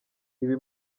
ibi